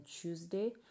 Tuesday